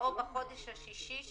אתם לא חייבים, דרך אגב.